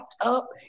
up